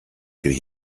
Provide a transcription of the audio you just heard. could